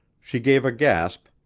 she gave a gasp,